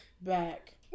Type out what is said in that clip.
back